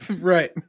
Right